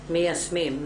מיישמים.